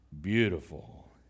beautiful